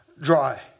dry